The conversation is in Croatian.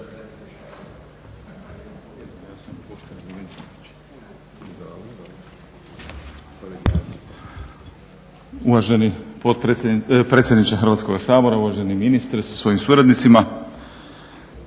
Uvaženi predsjedniče Hrvatskog sabora, uvaženi ministre sa svojim suradnicima,